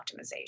optimization